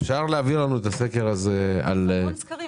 אפשר להעביר לנו את הסקר הזה -- יש המון סקרים,